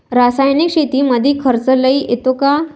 रासायनिक शेतीमंदी खर्च लई येतो का?